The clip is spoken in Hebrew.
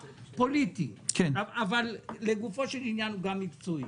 -- פוליטי, אבל לגופו של עניין הוא גם מקצועי.